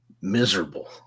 miserable